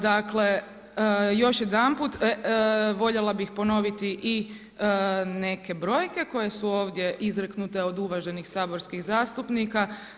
Dakle, još jedanput voljela bih ponoviti i neke brojke koje su ovdje izreknute od uvaženih saborskih zastupnika.